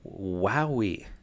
Wowie